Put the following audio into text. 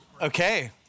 Okay